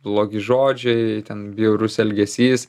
blogi žodžiai ten bjaurus elgesys